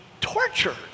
tortured